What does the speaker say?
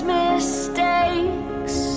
mistakes